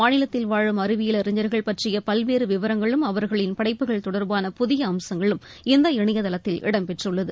மாநிலக்கில் வாழும் அறிவியல் அறிஞர்கள் பற்றிய பல்வேறு விவரங்களும் அவர்களின் படைப்புகள் தொடர்பான புதிய அம்சங்களும் இந்த இணையதளத்தில் இடம்பெற்றுள்ளது